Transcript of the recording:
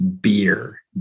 beer